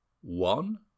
One